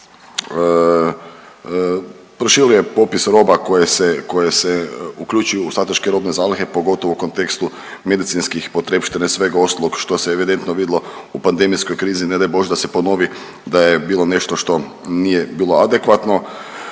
proširuje popis roba koje se uključuju u strateške robne zalihe, pogotovo u kontekstu medicinskih potrepština i svega ostalog što se evidentno vidjelo u pandemijskoj krizi, ne daj Bože da se ponovi, da je bilo nešto što je bilo adekvatno